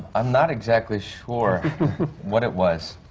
i'm not exactly sure what it was.